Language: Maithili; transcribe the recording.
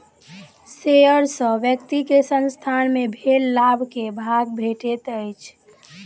शेयर सॅ व्यक्ति के संसथान मे भेल लाभ के भाग भेटैत अछि